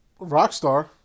rockstar